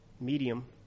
medium